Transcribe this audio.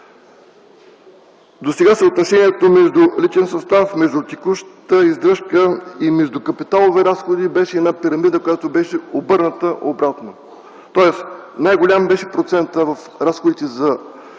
Досега съотношението между личен състав, текуща издръжка и капиталови разходи беше една пирамида, която беше обърната обратно, тоест най-голям беше процентът в разходите за личен състав